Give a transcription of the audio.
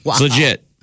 Legit